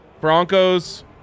Broncos